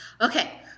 Okay